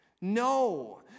no